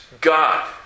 God